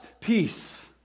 peace